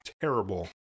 terrible